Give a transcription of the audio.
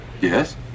Yes